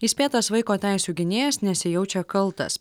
įspėtas vaiko teisių gynėjas nesijaučia kaltas